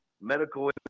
medical